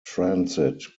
transit